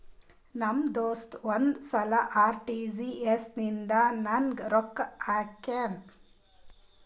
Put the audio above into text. ನಮ್ ದೋಸ್ತ ಒಂದ್ ಸಲಾ ಆರ್.ಟಿ.ಜಿ.ಎಸ್ ಇಂದ ನಂಗ್ ರೊಕ್ಕಾ ಹಾಕ್ಯಾನ್